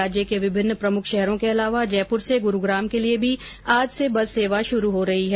राज्य के विभिन्न प्रमुख शहरों के अलावा जयपुर से गुरुग्राम के लिए भी आज से बस सेवा शुरू हो रही है